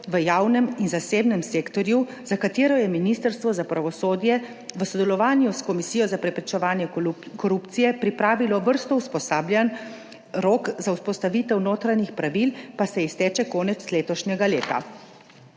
v javnem in zasebnem sektorju, za katero je Ministrstvo za pravosodje v sodelovanju s Komisijo za preprečevanje korupcije pripravilo vrsto usposabljanj, rok za vzpostavitev notranjih pravil pa se izteče konec letošnjega leta.